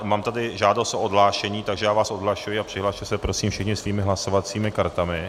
Mám tady žádost o odhlášení, takže já vás ohlašuji a přihlaste se prosím všichni svými hlasovacími kartami.